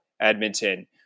Edmonton